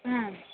ಹ್ಞೂ